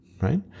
right